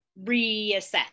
reassess